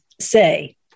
say